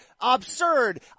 absurd